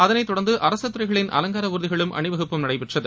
அதனைத் தொடர்ந்து அரசுத் துறைகளின் அலங்கார ஊர்திகளின் அணிவகுப்பும் நடைபெற்றது